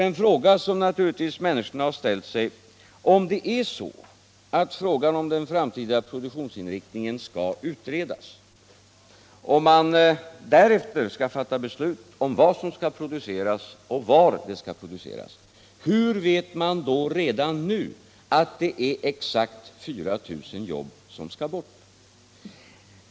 Den fråga som människorna naturligtvis ställer sig är om den framtida produktionsinriktningen skall utredas och man därefter skall fatta beslut om vad som skall produceras och var det skall produceras: Hur vet man redan nu att det är exakt 4000 jobb som skall bort?